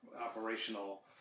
operational